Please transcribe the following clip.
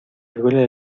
duele